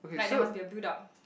like there must be a build-up